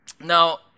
Now